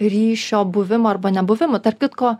ryšio šio buvimu arba nebuvimu tarp kitko